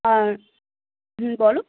হ্যাঁ হুম বলো